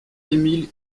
émile